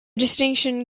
distinction